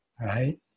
Right